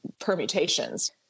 permutations